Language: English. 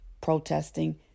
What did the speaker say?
protesting